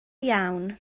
iawn